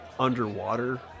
underwater